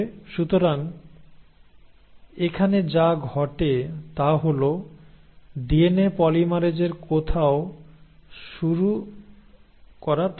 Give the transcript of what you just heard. সুতরাং এখানে যা ঘটে থাকে তা হল ডিএনএ পলিমেরেজের কোথাও শুরু করা দরকার